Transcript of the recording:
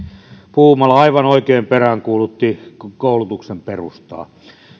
puumala aivan oikein peräänkuulutti koulutuksen perustaa